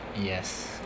Yes